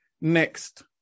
next